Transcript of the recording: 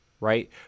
right